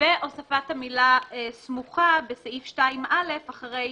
והוספת המילה "סמוכה" בסעיף 2(א) אחרי